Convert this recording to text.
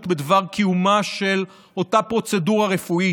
בדבר קיומה של אותה פרוצדורה רפואית,